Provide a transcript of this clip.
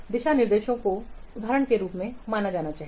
दिशानिर्देशों को उदाहरण के रूप में माना जाना चाहिए